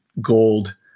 gold